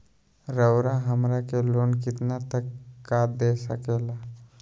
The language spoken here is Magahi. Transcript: रउरा हमरा के लोन कितना तक का दे सकेला?